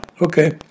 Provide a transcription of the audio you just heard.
okay